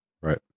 Right